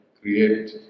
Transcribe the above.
create